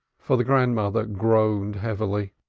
for the grandmother groaned heavily.